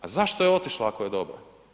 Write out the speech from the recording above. A zašto je otišla ako je dobra?